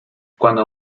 cuando